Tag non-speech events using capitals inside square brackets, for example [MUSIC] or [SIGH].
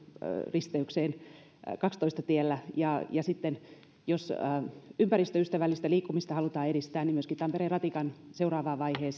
risteykseen kaksitoista tiellä ja sitten jos ympäristöystävällistä liikkumista halutaan edistää niin myöskin tampereen ratikan seuraavan vaiheen [UNINTELLIGIBLE]